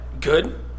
Good